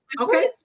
Okay